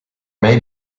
may